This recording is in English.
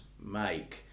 make